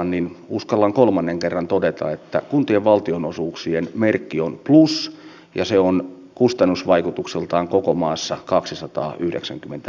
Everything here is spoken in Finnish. suomeenkin käyttöön koska sillä voisi olla erinomaisia vaikutuksia suomalaiselle kulttuurielämälle elinkeinolle matkailulle ja koko maalle